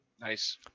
Nice